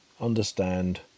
understand